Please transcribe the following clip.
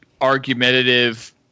argumentative